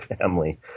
family